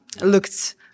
looked